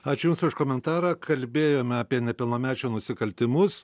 ačiū jums už komentarą kalbėjome apie nepilnamečių nusikaltimus